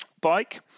bike